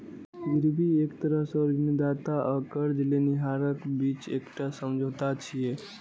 गिरवी एक तरह सं ऋणदाता आ कर्ज लेनिहारक बीच एकटा समझौता छियै